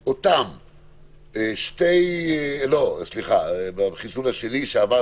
האפליקציה תהיה שמישה עבור